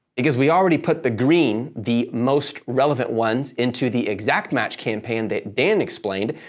because we already put the green, the most relevant ones, into the exact match campaign that dan explained.